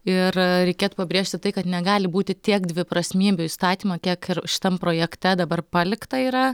ir reikėtų pabrėžti tai kad negali būti tiek dviprasmybių įstatymo kiek ir šitam projekte dabar palikta yra